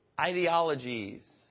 ideologies